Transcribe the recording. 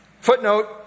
Footnote